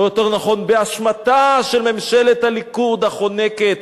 או יותר נכון באשמתה, של ממשלת הליכוד, החונקת